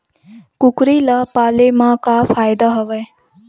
कुकरी ल पाले म का फ़ायदा हवय?